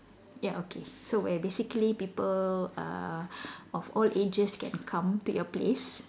ya okay so where basically people uh of all ages can come to your place